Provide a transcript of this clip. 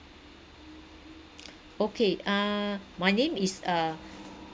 okay ah my name is uh